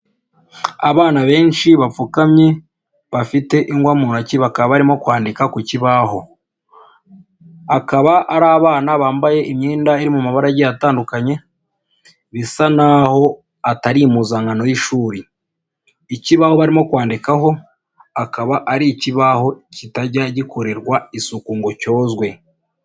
Abana benshi bapfukamye bafite ingwa mu ntoki bakaba barimo kwandika ku kibaho, akaba ari abana bambaye imyenda iri mu mabara agiye atandukanye bisa n'aho atari impuzankano y'ishuri, ikibaho barimo kwandikaho akaba ari ikibaho kitajya gikorerwa isuku ngo cyozwe.